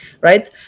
right